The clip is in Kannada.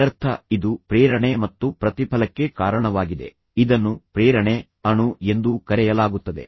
ಇದರರ್ಥ ಇದು ಪ್ರೇರಣೆ ಮತ್ತು ಪ್ರತಿಫಲಕ್ಕೆ ಕಾರಣವಾಗಿದೆ ಇದನ್ನು ಪ್ರೇರಣೆ ಅಣು ಎಂದೂ ಕರೆಯಲಾಗುತ್ತದೆ